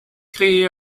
créé